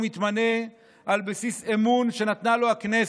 הוא מתמנה על בסיס אמון שנתנה לו הכנסת.